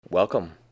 Welcome